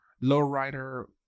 low-rider